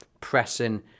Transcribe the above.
pressing